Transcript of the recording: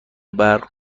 برق